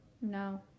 No